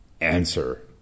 answer